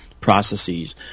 processes